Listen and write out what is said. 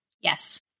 Yes